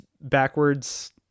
backwards